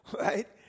right